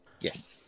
Yes